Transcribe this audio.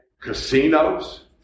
casinos